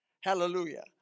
Hallelujah